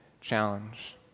challenge